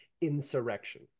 insurrection